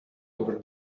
over